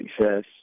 success